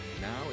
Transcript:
Now